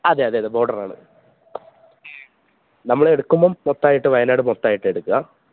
അതെ അതെ അതെ ബോര്ഡറാണ് നമ്മൾ എടുക്കുമ്പം മൊത്തമായിട്ട് വയനാട് മൊത്തമായിട്ടാണ് എടുക്കുക